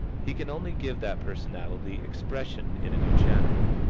he can only give that personality expression in a new channel.